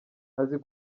azi